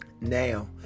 Now